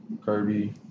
Kirby